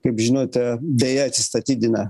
kaip žinote beje atsistatydina